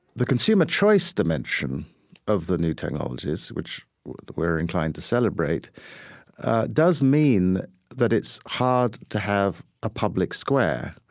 the consumer choice dimension of the new technologies which we're inclined to celebrate does mean that it's hard to have a public square.